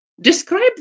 describe